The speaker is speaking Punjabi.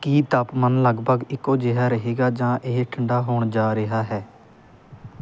ਕੀ ਤਾਪਮਾਨ ਲਗਭਗ ਇੱਕੋ ਜਿਹਾ ਰਹੇਗਾ ਜਾਂ ਇਹ ਠੰਡਾ ਹੋਣ ਜਾ ਰਿਹਾ ਹੈ